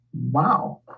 wow